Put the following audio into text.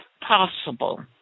possible